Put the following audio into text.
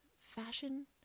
Fashion